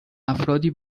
افرادی